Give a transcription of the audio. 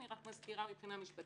אני רק מזכירה מבחינה משפטית.